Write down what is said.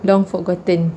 long forgotten